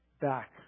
back